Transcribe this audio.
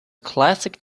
classic